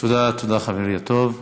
תודה, תודה, חברי הטוב.